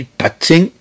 touching